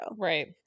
Right